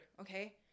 okay